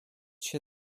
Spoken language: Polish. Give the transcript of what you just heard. się